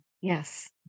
Yes